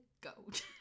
goat